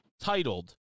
titled